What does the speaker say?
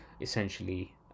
essentially